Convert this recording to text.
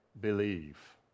believe